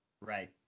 Right